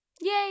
Yay